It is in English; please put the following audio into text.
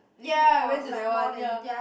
ya I went to that one ya